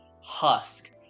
husk